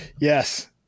Yes